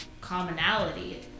commonality